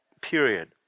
period